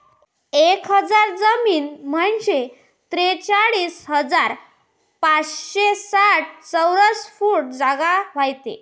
एक एकर जमीन म्हंजे त्रेचाळीस हजार पाचशे साठ चौरस फूट जागा व्हते